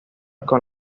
con